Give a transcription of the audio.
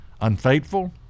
unfaithful